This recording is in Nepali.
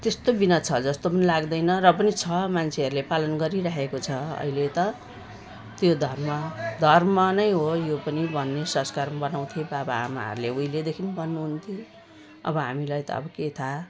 त्यस्तो बिना छ जस्तो पनि लाग्दैन र पनि छ मान्छेहरूले पालन गरिरहेको छ अहिले त त्यो धर्म धर्म नै हो यो पनि भन्ने संस्कार बसाउँथे बाबाआमाहरूले उहिलेदेखि भन्नुहुन्थ्यो अब हामीलाई त अब के थाहा